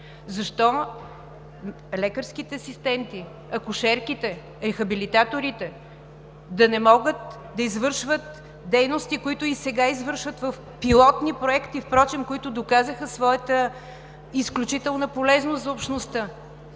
Защо лекарските асистенти, акушерките, рехабилитаторите да не могат да извършват дейности, които и сега извършват в пилотни проекти, впрочем, които доказаха своята изключителна полезност за общността?!